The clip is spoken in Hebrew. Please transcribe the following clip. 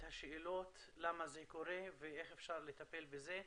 השאלות למה זה קורה ואיך אפשר לטפל בזה.